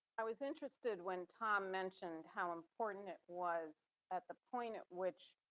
i was interested when tom mentioned how important it was at the point at which